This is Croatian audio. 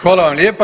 Hvala vam lijepa.